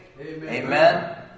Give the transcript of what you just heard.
Amen